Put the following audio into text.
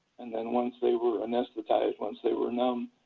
and then once they were anesthetized, once they were numb,